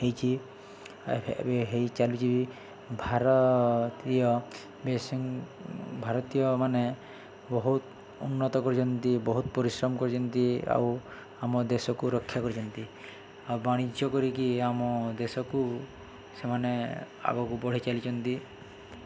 ହେଇଛି ହେଇ ଚାଲୁଛି ବି ଭାରତ୍ରୀୟ ଭାରତୀୟ ମାନେ ବହୁତ ଉନ୍ନତ କରିଛନ୍ତି ବହୁତ ପରିଶ୍ରମ କରିଛନ୍ତି ଆଉ ଆମ ଦେଶକୁ ରକ୍ଷା କରିଛନ୍ତି ଆଉ ବାଣିଜ୍ୟ କରିକି ଆମ ଦେଶକୁ ସେମାନେ ଆଗକୁ ବଢ଼େଇ ଚାଲିଛନ୍ତି